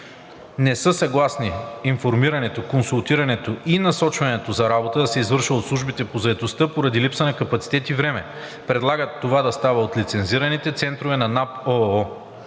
Не са съгласни информирането, консултирането и насочването за работа да се извършва от службите по заетостта поради липса на капацитет и време. Предлагат това да става от лицензираните центрове на